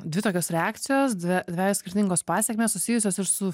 dvi tokios reakcijos dve dvejos skirtingos pasekmės susijusios ir su